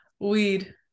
Weed